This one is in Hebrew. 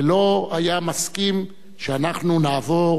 ולא היה מסכים שאנחנו נעבור